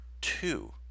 two